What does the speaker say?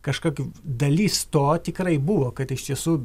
kažkokių dalis to tikrai buvo kad iš tiesų